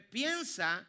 piensa